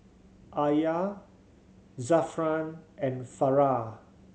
Alya Zafran and Farah